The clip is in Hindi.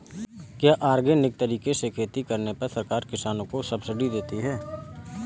क्या ऑर्गेनिक तरीके से खेती करने पर सरकार किसानों को सब्सिडी देती है?